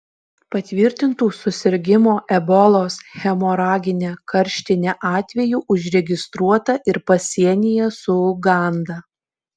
patvirtintų susirgimo ebolos hemoragine karštine atvejų užregistruota ir pasienyje su uganda